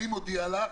אני מודיע לך: